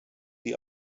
die